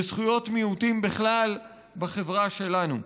בזכויות מיעוטים בכלל בחברה שלנו.